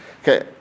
Okay